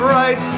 right